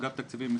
אגף תקציבים,